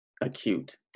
acute